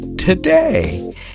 Today